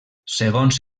segons